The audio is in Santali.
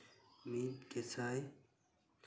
ᱢᱤᱫ ᱜᱮᱥᱟᱭ